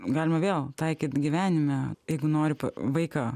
galima vėl taikyt gyvenime jeigu nori vaiką